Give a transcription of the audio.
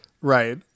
right